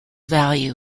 value